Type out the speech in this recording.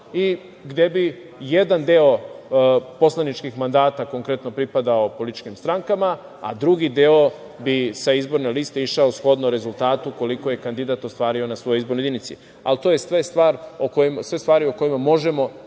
i gde bi jedan deo poslaničkih mandata konkretno pripadao političkim strankama, a drugi deo bi sa izborne liste išao shodno rezultatu, koliko je kandidat ostvario na svojoj izbornoj jedinici. Ali, to su sve stvari o kojima možemo